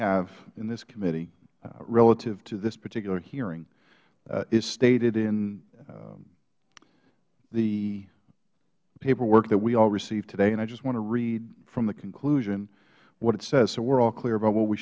have in this committee relative to this particular hearing is stated in the paperwork that we all received today and i just want to read from the conclusion what it says so we're all clear about what we